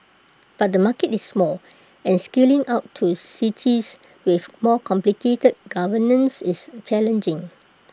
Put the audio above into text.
but the market is small and scaling out to cities with more complicated governance is challenging